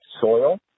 soil